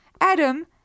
Adam